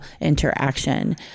interaction